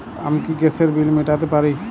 আমি কি গ্যাসের বিল মেটাতে পারি?